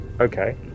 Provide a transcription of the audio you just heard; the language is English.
Okay